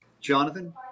Jonathan